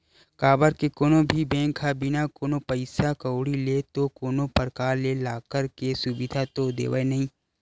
काबर के कोनो भी बेंक ह बिना कोनो पइसा कउड़ी ले तो कोनो परकार ले लॉकर के सुबिधा तो देवय नइ